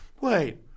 wait